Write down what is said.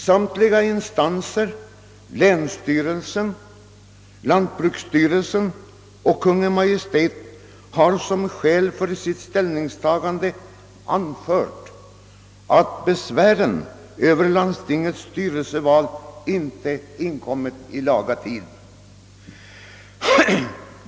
Samtliga instanser — länsstyrelsen, lantbruksstyrelsen och Kungl. Maj:t — har som skäl för sitt ställningstagande anfört, att besvären över landstingets styrelseval inte inkommit i laga tid.